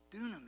dunamis